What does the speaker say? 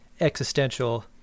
existential